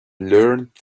learned